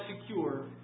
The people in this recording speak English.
secure